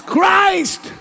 Christ